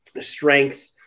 strength